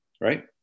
right